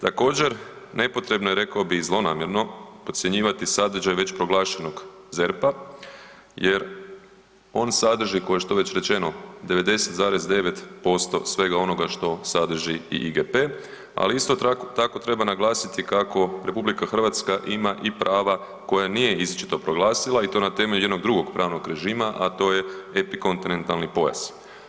Također nepotrebno je i rekao bih zlonamjerno podcjenjivati sadržaj već proglašenog ZERP-a jer on sadrži kao što je već rečeno 99,9% svega onoga što sadrži i IGP, ali isto tako treba naglasiti kako RH ima i prava koja nije izričito proglasila i to na temelju njenog drugog pravnog režima, a to je epikontinentalni pojas.